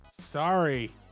sorry